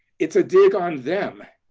it's a dig on them,